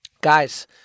Guys